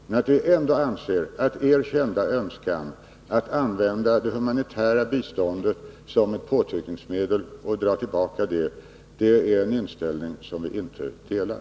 Men er kända önskan att använda det humanitära biståndet såsom påtryckningsmedel och dra tillbaka detta är en inställning som vi inte delar.